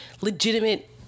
legitimate